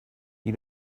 you